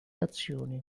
azioni